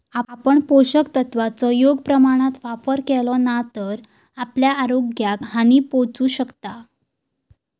आपण पोषक तत्वांचो योग्य प्रमाणात वापर केलो नाय तर आपल्या आरोग्याक हानी पोहचू शकता